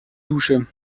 dusche